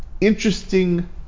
Interesting